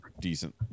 decent